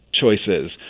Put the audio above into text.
choices